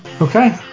okay